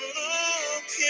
look